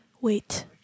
Wait